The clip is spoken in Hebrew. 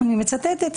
אני מצטטת.